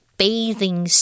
，bathing